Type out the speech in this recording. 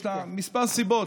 יש לה כמה סיבות,